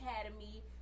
academy